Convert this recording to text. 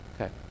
Okay